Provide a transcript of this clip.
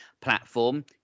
platform